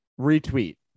Retweet